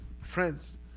friends